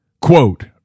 Quote